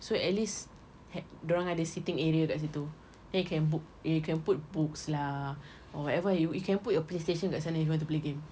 so at least dorang ada seating area kat situ then you can put you can put books lah or whatever you can put your playstation kat sana if you want to play games